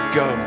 go